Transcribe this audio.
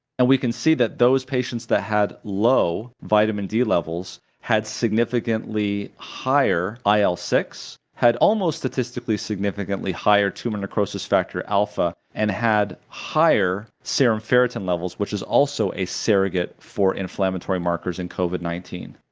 and we can see that those patients that had low vitamin d levels had significantly higher il six had almost statistically significantly higher tumor necrosis factor alpha, and had higher serum ferritin levels, which is also a surrogate for inflammatory markers in covid nineteen.